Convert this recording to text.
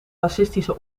racistische